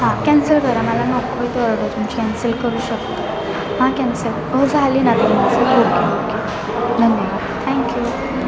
हां कॅन्सल करा मला नको आहे ती ऑर्डर तुम्ही कॅन्सल करू शकता हां कॅन्सल हो झाली ना कॅन्सल ओके ओके धन्यवाद थँक्यू